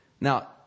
Now